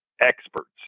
experts